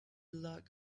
log